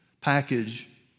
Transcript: package